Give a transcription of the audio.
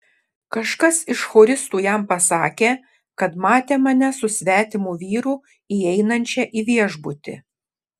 kažkas iš choristų jam pasakė kad matė mane su svetimu vyru įeinančią į viešbutį